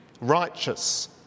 righteous